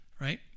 Right